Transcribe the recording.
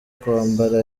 kwambara